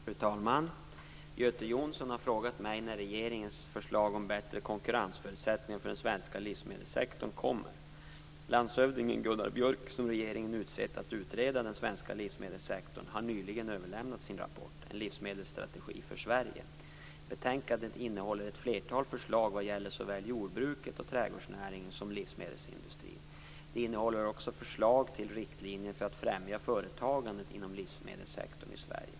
Fru talman! Göte Jonsson har frågat mig när regeringens förslag om bättre konkurrensförutsättningar för den svenska livsmedelssektorn kommer. Landshövding Gunnar Björk, som regeringen utsett att utreda den svenska livsmedelssektorn, har nyligen överlämnat sin rapport En livsmedelsstrategi för Sverige . Betänkandet innehåller ett flertal förslag vad gäller såväl jordbruket och trädgårdsnäringen som livsmedelsindustrin. Det innehåller också förslag till riktlinjer för att främja företagandet inom livsmedelssektorn i Sverige.